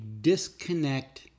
disconnect